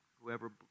Whoever